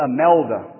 Amelda